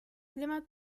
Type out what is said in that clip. clima